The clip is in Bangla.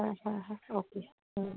হ্যাঁ হ্যাঁ হ্যাঁ ওকে হুম